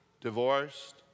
divorced